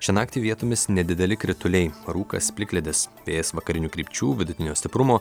šią naktį vietomis nedideli krituliai rūkas plikledis vėjas vakarinių krypčių vidutinio stiprumo